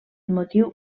motiu